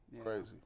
Crazy